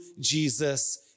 Jesus